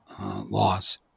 laws